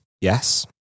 Yes